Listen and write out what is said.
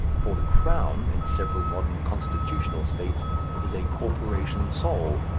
for the crown in several modern constitutional states is a corporation sole,